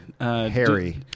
Harry